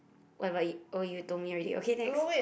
what about you oh you told me already okay next